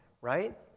right